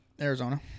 Arizona